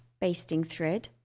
basting thread